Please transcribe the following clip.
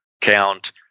count